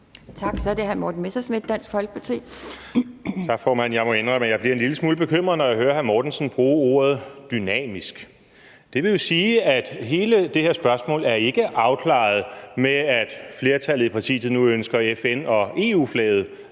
Kl. 11:33 Morten Messerschmidt (DF): Tak, formand. Jeg må indrømme, at jeg bliver en lille smule bekymret, når jeg hører hr. Flemming Møller Mortensen bruge ordet dynamisk. Det vil jo sige, at hele det her spørgsmål ikke er afklaret med, at flertallet i et parti nu ønsker FN- og EU-flaget